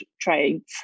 trades